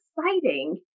exciting